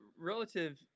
relative